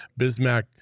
Bismack